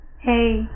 Hey